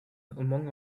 among